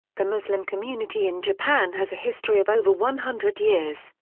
the muslim community in japan has a history of over one hundred years,